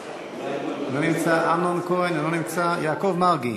אינו נמצא, אמנון כהן, אינו נמצא, יעקב מרגי,